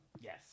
Yes